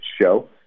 show